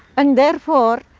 and, therefore,